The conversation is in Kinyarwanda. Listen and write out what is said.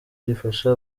rifasha